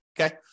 okay